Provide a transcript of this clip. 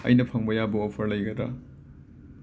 ꯑꯩꯅ ꯐꯪꯕ ꯌꯥꯕ ꯑꯐꯔ ꯂꯩꯒꯗ꯭ꯔꯥ